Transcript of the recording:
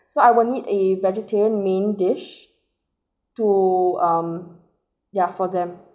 so I will need a vegetarian main dish to um yeah for them